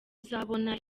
uzabona